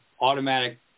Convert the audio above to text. automatic